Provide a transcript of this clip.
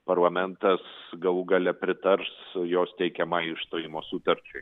parlamentas galų gale pritars jos teikiamai išstojimo sutarčiai